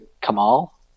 Kamal